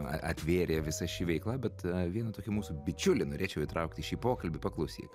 a atvėrė visa ši veikla bet vieną tokį mūsų bičiulį norėčiau įtraukti į pokalbį paklausyk